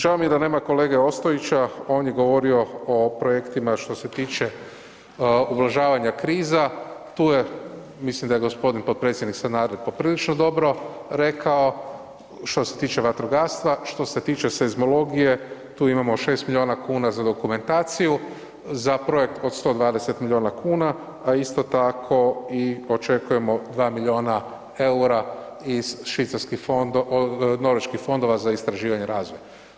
Žao mi je da nema kolege Ostojića, on je govorio o projektima što se tiče ublažavanja kriza, tu je, mislim da je g. potpredsjednik Sanader poprilično dobro rekao što se tiče vatrogastva, što se tiče seizmologije, tu imamo 6 milijuna kuna za dokumentaciju za projekt od 120 milijuna kuna, a isto tako i očekujemo 2 milijuna EUR-a iz norveških fondova za istraživanje i razvoj.